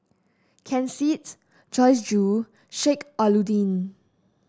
Ken Seets Joyce Jue Sheik Alau'ddin